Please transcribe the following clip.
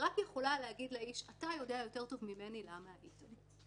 היא רק יכולה להגיד לאיש: אתה יודע יותר טוב ממני למה היית פה.